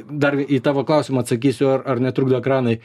dar į tavo klausimą atsakysiu ar ar netrukdo ekranai